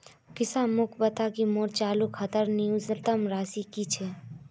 कृपया मोक बता कि मोर चालू खातार न्यूनतम राशि की छे